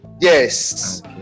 Yes